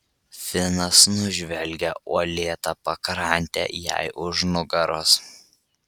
finas nužvelgė uolėtą pakrantę jai už nugaros